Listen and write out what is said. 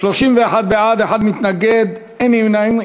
31 בעד, אחד מתנגד, אין נמנעים.